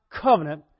covenant